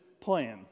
plan